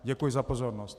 Děkuji za pozornost.